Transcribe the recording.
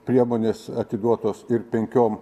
priemonės atiduotos ir penkiom